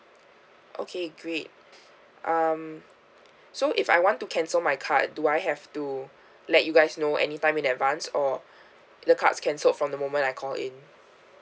okay great um so if I want to cancel my card do I have to let you guys know anytime in advance or the cards cancelled from the moment I call in